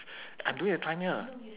I'm doing the time here